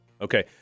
Okay